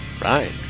Right